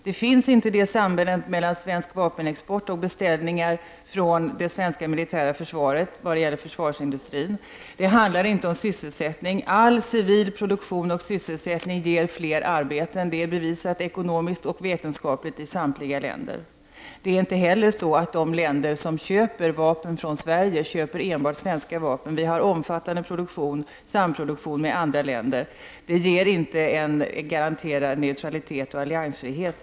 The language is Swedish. Det finns inget samband mellan svensk vapenexport och beställningar från det svenska militära försvaret vad gäller försvarsindustrin. Det handlar inte om sysselsättningen. All civil produktion och sysselsättning ger fler arbeten, det är bevisat ekonomiskt och vetenskapligt i samtliga länder. Det är inte heller så att de länder som köper vapen från Sverige köper enbart svenska vapen. Vi har en omfattande samproduktion med andra länder. Att köpa vapen från Sverige ger inte längre en garanterad neutralitet och alliansfrihet.